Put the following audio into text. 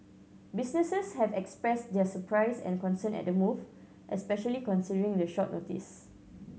businesses have expressed their surprise and concern at the move especially considering the short notice